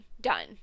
Done